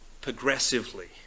progressively